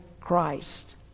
Christ